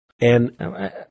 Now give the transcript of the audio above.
And-